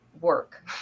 work